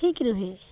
ଠିକ ରୁହେ